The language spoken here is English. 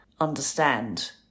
understand